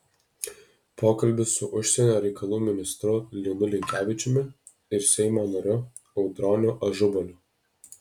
pokalbis su užsienio reikalų ministru linu linkevičiumi ir seimo nariu audroniu ažubaliu